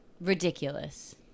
Ridiculous